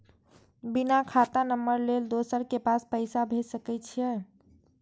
बिना खाता नंबर लेल दोसर के पास पैसा भेज सके छीए?